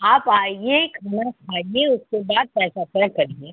आप आइए खाना खाइए उसके बाद पैसा पे करिए